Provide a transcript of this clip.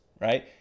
right